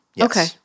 Okay